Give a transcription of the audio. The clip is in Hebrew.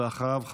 ואחריו,